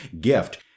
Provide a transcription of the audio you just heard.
gift